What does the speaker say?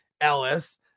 Ellis